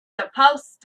supposed